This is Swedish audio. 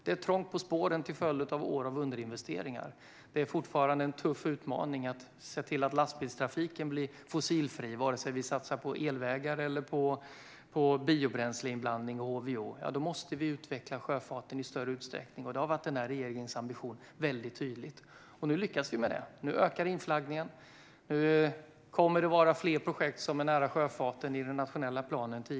Det är trångt på spåren till följd av åren med underinvesteringar. Det är fortfarande en tuff utmaning att se till att lastbilstrafiken blir fossilfri, oavsett om vi satsar på elvägar eller på biobränsleinblandning och HVO. Då måste vi utveckla sjöfarten i större utsträckning, och detta har varit en tydlig ambition för regeringen. Nu lyckas vi med det. Nu ökar inflaggningen, och det kommer att vara fler projekt än tidigare som är nära sjöfarten i den nationella planen.